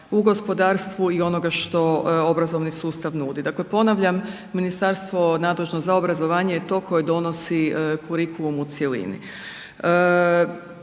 u gospodarstvu i onoga što obrazovni sustav nudi. Dakle, ponavljam Ministarstvo nadležno za obrazovanje je to koje donosi kurikulum u cjelini.